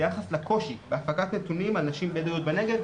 ביחס לקושי בהפקת נתונים על נשים בדואיות בנגב.